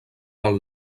del